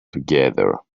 together